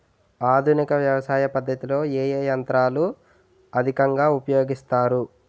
ఆధునిక వ్యవసయ పద్ధతిలో ఏ ఏ యంత్రాలు అధికంగా ఉపయోగిస్తారు?